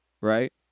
right